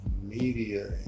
media